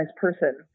person